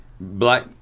Black